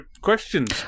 questions